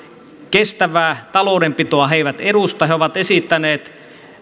kestävää taloudenpitoa he eivät edusta he ovat esittäneet